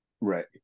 Right